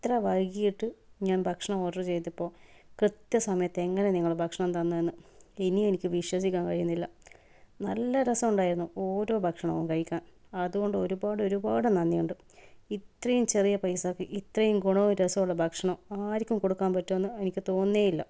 ഇത്ര വൈകീട്ട് ഞാൻ ഭക്ഷണം ഓർഡർ ചെയ്തപ്പോൾ കൃത്യസമയത്തു എങ്ങനെയാണ് ഭക്ഷണം തന്നെയെന്ന് ഇനിയും എനിക്ക് വിശ്വസിക്കാൻ കഴിയുന്നില്ല നല്ല രസമുണ്ടായിരുന്നു ഓരോ ഭക്ഷണവും കഴിക്കാൻ അതുകൊണ്ട് ഒരുപാട് ഒരുപാട് നന്ദി ഉണ്ട് ഇത്രയും ചെറിയ പൈസക് ഇത്രയും ഗുണവും രസവും ഉള്ള ഭക്ഷണം ആർക്കും കൊടുക്കാൻ പറ്റുമെന്ന് എനിക്ക് തോന്നുന്നേ ഇല്ല